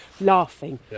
laughing